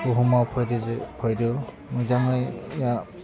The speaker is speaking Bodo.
बुहुमाव फैदों जो फैदों मोजाङै